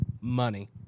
money